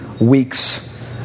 weeks